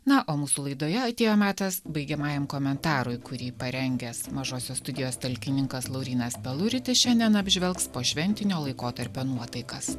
na o mūsų laidoje atėjo metas baigiamajam komentarui kurį parengęs mažosios studijos talkininkas laurynas peluritis šiandien apžvelgs pošventinio laikotarpio nuotaikas